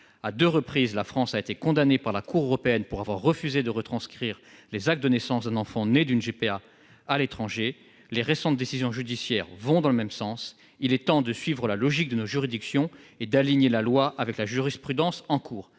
À deux reprises, la France a été condamnée par la CEDH pour avoir refusé de transcrire les actes de naissance d'un enfant né par GPA à l'étranger. Les récentes décisions judiciaires vont dans le même sens. Il est temps de suivre la logique de nos juridictions et d'aligner la loi avec la jurisprudence en cours.